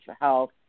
health